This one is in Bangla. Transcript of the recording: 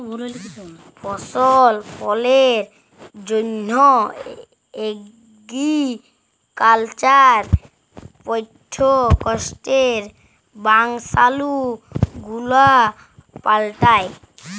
ফসল ফললের জন্হ এগ্রিকালচার প্রডাক্টসের বংশালু গুলা পাল্টাই